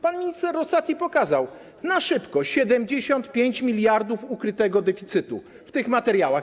Pan minister Rosati pokazał na szybko 75 mld ukrytego deficytu w tych materiałach.